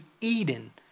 Eden